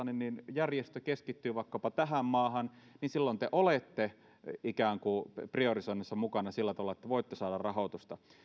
järjestö keskittyy vaikkapa tähän maahan niin silloin te olette priorisoinnissa mukana sillä tavalla että voitte saada sitä rahoitusta mitä nyt haetaan